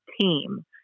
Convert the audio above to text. team